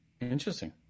interesting